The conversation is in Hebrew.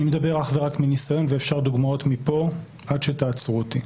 אני מדבר אך ורק מניסיון ואפשר דוגמאות מפה עד שתעצרו אותי.